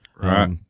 Right